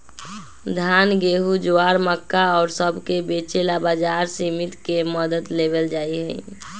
धान, गेहूं, ज्वार, मक्का और सब के बेचे ला बाजार समिति के मदद लेवल जाहई